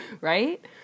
Right